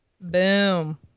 boom